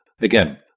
again